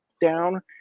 down